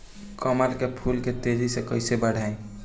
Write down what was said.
कमल के फूल के तेजी से कइसे बढ़ाई?